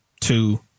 two